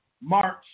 March